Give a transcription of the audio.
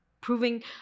proving